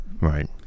right